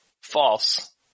False